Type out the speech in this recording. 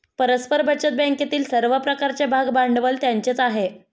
परस्पर बचत बँकेतील सर्व प्रकारचे भागभांडवल त्यांचेच आहे